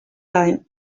time